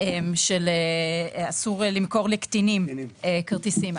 של אסור למכור לקטינים כרטיסים.